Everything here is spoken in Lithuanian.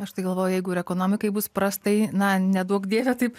aš tai galvoju jeigu ir ekonomikai bus prastai na neduok dieve taip